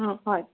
অঁ হয়